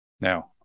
Now